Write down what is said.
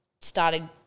started